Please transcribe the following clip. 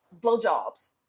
blowjobs